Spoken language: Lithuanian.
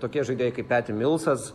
tokie žaidėjai kaip peti milsas